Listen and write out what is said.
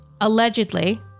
allegedly